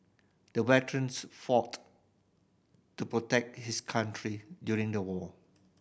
the veterans fought to protect his country during the war